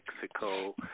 Mexico